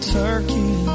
turkey